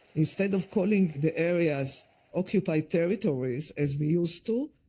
instead of calling the areas occupied territories, as we used to,